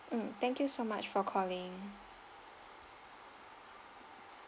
mm thank you so much for calling